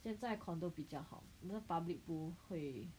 现在 condo 比较好那 public pool 会